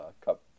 cup